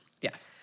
Yes